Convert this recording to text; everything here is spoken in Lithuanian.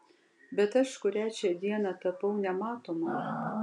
bet aš kurią čia dieną tapau nematoma